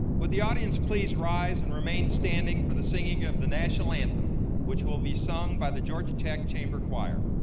would the audience please rise and remain standing for the singing of the national anthem which will be sung by the georgia tech chamber choir.